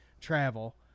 travel